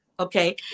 okay